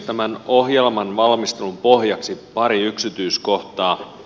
tämän ohjelman valmistelun pohjaksi pari yksityiskohtaa